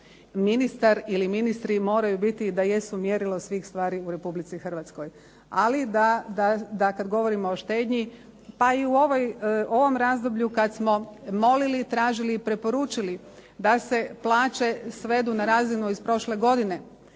ministar ili ministri moraju biti i da jesu mjerilo svih stvari u Republici Hrvatskoj, ali da kad govorimo o štednji pa i u ovom razdoblju kad smo molili, tražili i preporučili da se plaće svedu na razinu iz prošle godine,